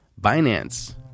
Binance